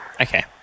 Okay